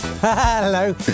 Hello